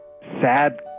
Sad